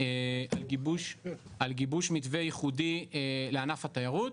על גיבוש מתווה ייחודי לענף התיירות,